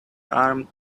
harm